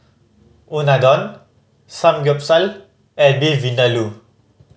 Unadon Samgyeopsal and Beef Vindaloo